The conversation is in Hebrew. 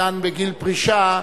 הדן בגיל פרישה,